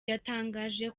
yatangaje